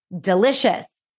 delicious